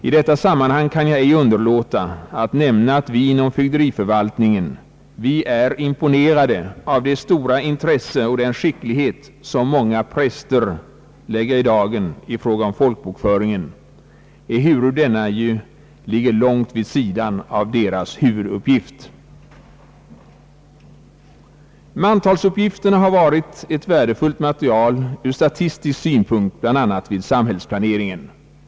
I detta sammanhang kan jag inte underlåta att nämna, att vi inom fögderiförvaltningen är imponerade av det stora intresse och den skicklighet som många präster lägger i dagen i fråga om folkbokföringen, ehuru ju denna ligger långt vid sidan om deras huvuduppgift. Mantalsuppgifterna har varit ett värdefullt material ur statistisk synpunkt, bl.a. vid samhällsplaneringen.